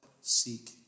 seek